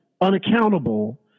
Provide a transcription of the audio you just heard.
unaccountable